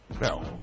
No